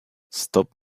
stop